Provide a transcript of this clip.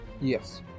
Yes